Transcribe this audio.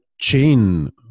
chain